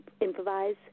improvise